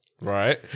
Right